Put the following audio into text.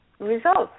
Results